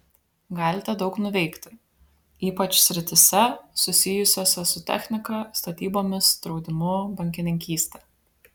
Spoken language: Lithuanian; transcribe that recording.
galite daug nuveikti ypač srityse susijusiose su technika statybomis draudimu bankininkyste